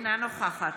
אינה נוכחת